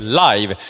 live